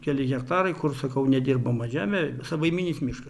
keli hektarai kur sakau nedirbama žemė savaiminis miškas